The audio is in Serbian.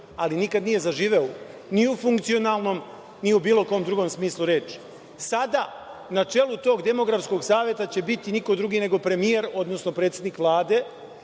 ali nikad nije zaživeo ni u funkcionalnom ni u bilo kom drugom smislu reči. Sada, na čelu tog Demografskog saveta će biti niko drugi nego premijer, odnosno predsednik Vlade,